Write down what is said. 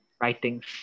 writings